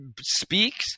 speaks